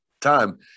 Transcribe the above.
time